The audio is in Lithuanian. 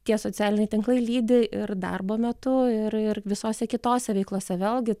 tie socialiniai tinklai lydi ir darbo metu ir ir visose kitose veiklose vėlgi